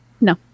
no